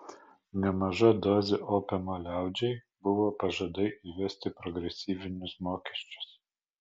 nemaža dozė opiumo liaudžiai buvo pažadai įvesti progresyvinius mokesčius